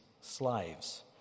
slaves